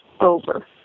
over